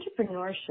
entrepreneurship